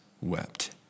wept